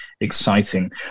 exciting